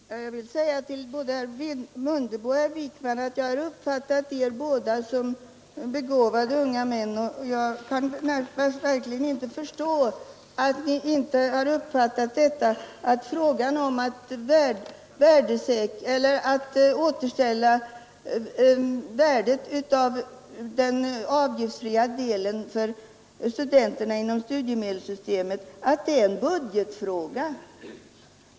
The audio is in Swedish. Herr talman! Jag vill säga till herr Mundebo och herr Wijkman att jag har uppfattat er båda som begåvade unga män, och jag kan verkligen inte förstå att ni inte uppfattat att ett återställande av värdet av den återbetalningsfria delen av studenternas studiemedel är en budgetfråga.